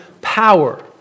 power